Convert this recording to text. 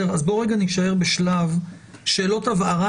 בואו נישאר בשלב שאלות הבהרה,